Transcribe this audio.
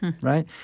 right